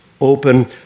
open